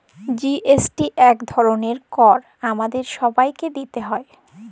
GST ইক ধরলের কর আমাদের ছবাইকে দিইতে হ্যয়